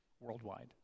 worldwide